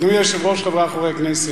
אדוני היושב-ראש, חברי חברי הכנסת,